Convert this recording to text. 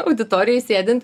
auditorijoj sėdint